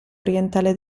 orientale